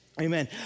Amen